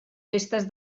festes